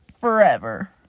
forever